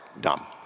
dumb